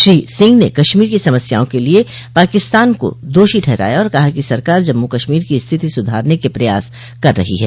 श्री सिंह ने कश्मीर की समस्याओं के लिए पाकिस्तान को दोषी ठहराया और कहा कि सरकार जम्मू कश्मीर की स्थिति सुधारने के प्रयास कर रही है